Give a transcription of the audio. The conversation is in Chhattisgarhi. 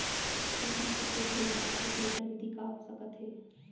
कीटनाशक के घोल बनाए के बेहतर विधि का हो सकत हे?